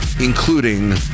including